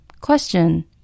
Question